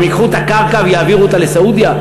והם ייקחו את הקרקע ויעבירו אותה לסעודיה?